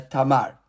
Tamar